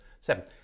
seven